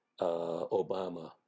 Obama